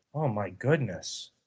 oh, my goodness.